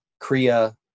Kriya